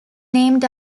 named